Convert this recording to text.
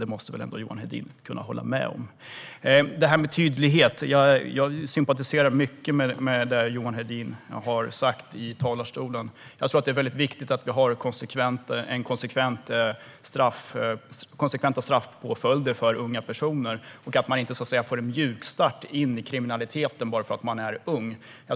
Det måste väl Johan Hedin ändå kunna hålla med om. När det gäller tydlighet sympatiserar jag mycket med det som Johan Hedin har sagt i talarstolen. Jag tror att det är mycket viktigt att vi har konsekventa straffpåföljder för unga personer och att de inte får så att säga en mjukstart in i kriminaliteten bara för att de är unga.